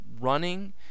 running